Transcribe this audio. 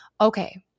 Okay